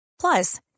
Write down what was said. Plus